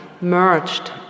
merged